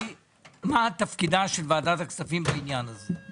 מה תפקידה של ועדת הכספים בעניין הזה.